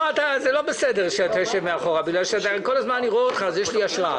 לא בסדר שאתה יושב מאחור בגלל שכל פעם שאני רואה אותך יש לי השראה.